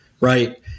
right